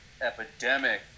epidemic